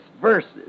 verses